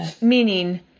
Meaning